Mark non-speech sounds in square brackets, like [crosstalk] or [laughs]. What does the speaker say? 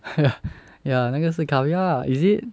[laughs] ya 那个是 caviar ah is it